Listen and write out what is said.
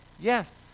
Yes